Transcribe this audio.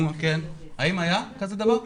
האם היה דבר כזה?